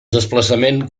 desplaçament